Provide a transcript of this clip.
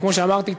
וכמו שאמרתי,